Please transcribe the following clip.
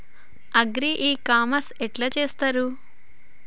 Agri e commerce ఎట్ల చేస్తరు?